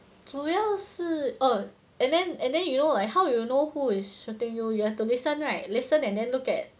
主要是 um and then and then you know like how you know who is shooting you you have to listen right listen and then look at